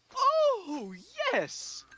oh, yes!